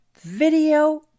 Video